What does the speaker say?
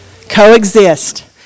coexist